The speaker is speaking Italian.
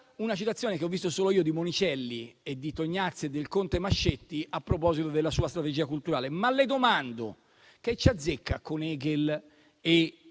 una citazione, che ho visto solo io, di Monicelli, Tognazzi e del conte Mascetti, a proposito della sua strategia culturale. Signor Ministro, le domando: che ci azzecca con Hegel e